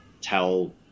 tell